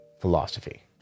philosophy